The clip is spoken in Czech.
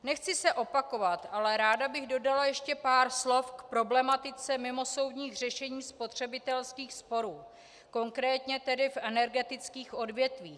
Nechci se opakovat, ale ráda bych dodala ještě pár slov k problematice mimosoudních řešení spotřebitelských sporů, konkrétně tedy v energetických odvětvích.